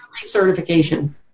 certification